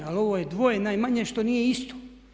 Ali ovo je dvoje najmanje što nije isto.